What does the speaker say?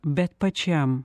bet pačiam